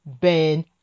ben